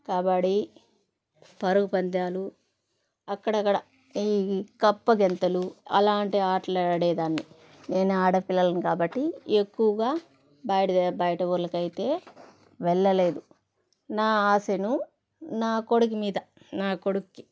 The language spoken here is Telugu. కబడీ పరుగు పందాలు అక్కడక్కడ ఈ కప్ప గెంతలు అలాంటి ఆటలాడేదాన్ని నేను ఆడపిల్లలను కాబట్టి ఎక్కువగా బయటిదే బయట ఊర్లకైతే వెళ్ళలేదు నా ఆశను నా కొడుకు మీద నా కొడుక్కి